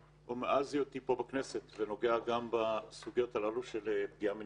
מאז היותי פה בכנסת אני נוגע בסוגיות הללו של פגיעה מינית.